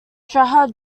shah